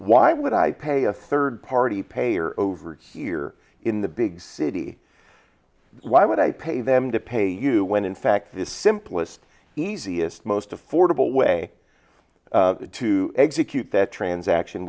why would i pay a third party payer over here in the big city why would i pay them to pay you when in fact the simplest easiest most affordable way to exit cute that transaction